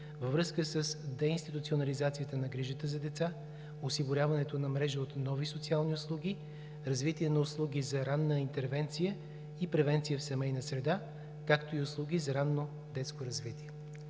във връзка с деинституционализацията на грижата за деца, осигуряването на мрежа от нови социални услуги, развитие на услуги за ранна интервенция и превенция в семейна среда, както и услуги за ранно детско развитие.